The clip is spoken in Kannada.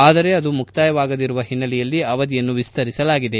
ಆದರೆ ಅದು ಮುಕ್ತಾಯವಾಗದಿರುವ ಒನ್ನೆಲೆಯಲ್ಲಿ ಅವಧಿಯನ್ನು ವಿಸ್ತರಿಸಲಾಗಿದೆ